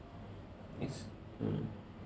it's hmm